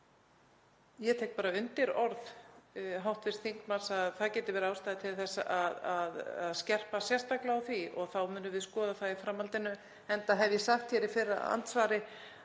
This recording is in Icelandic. Ég tek bara undir orð hv. þingmanns að það geti verið ástæða til að skerpa sérstaklega á því og þá munum við skoða það í framhaldinu, enda hef ég sagt hér í fyrra andsvari